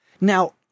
Now